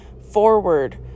forward